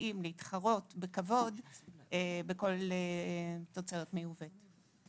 לחקלאים להתחרות בכבוד בכל תוצרת מיובאת.